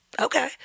okay